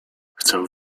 chcę